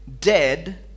dead